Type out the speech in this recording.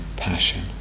Passion